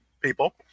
people